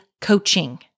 coaching